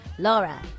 Laura